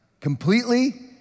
Completely